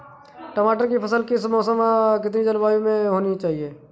टमाटर की फसल किस मौसम व कितनी जलवायु में होनी चाहिए?